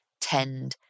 tend